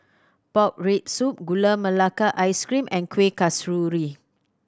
pork rib soup Gula Melaka Ice Cream and Kuih Kasturi